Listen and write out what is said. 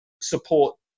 support